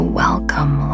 welcome